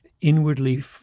inwardly